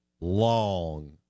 long